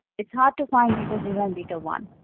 it's hard to find beta zero and beta one,